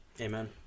Amen